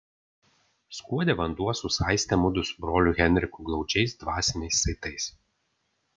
skuode vanduo susaistė mudu su broliu henriku glaudžiais dvasiniais saitais